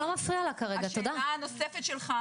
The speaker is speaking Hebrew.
השאלה הנוספת שלך,